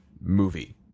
movie